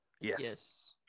Yes